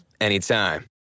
anytime